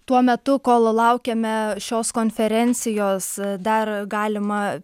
tuo metu kol laukiame šios konferencijos dar galima